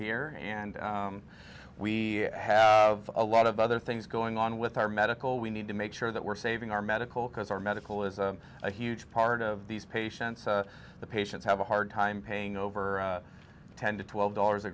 here and we have a lot of other things going on with our medical we need to make sure that we're saving our medical cause our medical is a huge part of these patients the patients have a hard time paying over ten to twelve dollars a